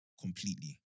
completely